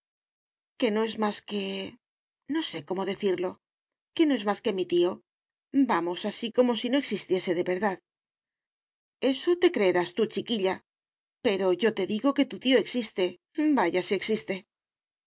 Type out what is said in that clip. que no es más que no sé como decirlo que no es más que mi tío vamos así como si no existiese de verdad eso te creerás tú chiquilla pero yo te digo que tu tío existe vaya si existe